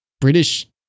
British